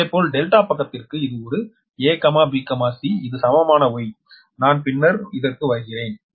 இதேபோல் ∆ பக்கத்திற்கு இது ஒரு a b c இது சமமான Y நான் பின்னர் வருவேன்